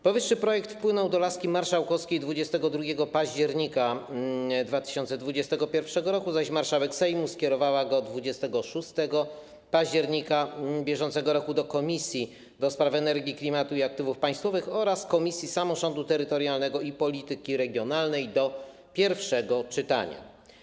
Powyższy projekt wpłynął do laski marszałkowskiej 22 października 2021 r., zaś marszałek Sejmu skierowała go 26 października br. do Komisji do Spraw Energii, Klimatu i Aktywów Państwowych oraz Komisji Samorządu Terytorialnego i Polityki Regionalnej do pierwszego czytania.